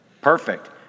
Perfect